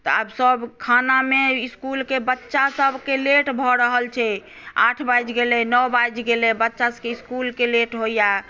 तऽआब सभ खानामे इसकुलकेँ बच्चा सभकेँ लेट भऽ रहल छै आठि बाजि गेलै नओ बाजि गेलै बच्चा सभकेँ इसकुलकेँ लेट होइया